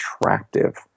attractive